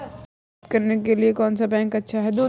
ऋण प्राप्त करने के लिए कौन सा बैंक अच्छा है?